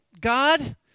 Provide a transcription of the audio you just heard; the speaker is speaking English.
God